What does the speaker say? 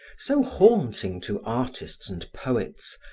so haunting to artists and poets,